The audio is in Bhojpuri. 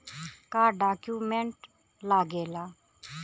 का डॉक्यूमेंट लागेला?